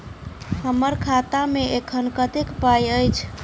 हम्मर खाता मे एखन कतेक पाई अछि?